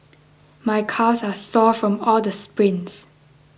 my calves are sore from all the sprints